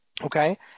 Okay